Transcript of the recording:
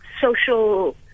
social